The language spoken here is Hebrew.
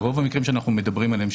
ברוב המקרים שאנחנו מדברים עליהם,